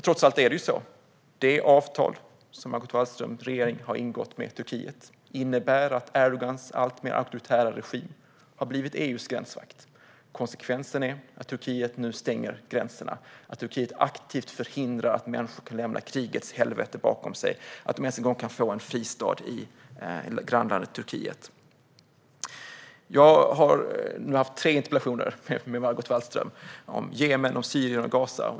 Trots allt är det ju så att det avtal som Margot Wallströms regering har ingått med Turkiet innebär att Erdogans alltmer auktoritära regim har blivit EU:s gränsvakt. Konsekvensen är att Turkiet nu stänger gränserna och aktivt förhindrar att människor kan lämna krigets helvete bakom sig och ens få en fristad i grannlandet Turkiet. Jag har nu haft tre interpellationsdebatter med Margot Wallström. De har gällt Jemen, Syrien och Gaza.